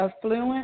affluent